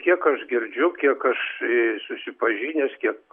kiek aš girdžiu kiek aš susipažinęs kiek